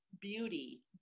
beauty